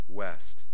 west